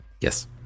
Yes